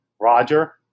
Roger